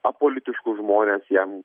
apolitiškus žmones jam